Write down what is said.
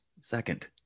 Second